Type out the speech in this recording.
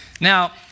Now